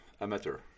amateur